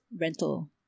rental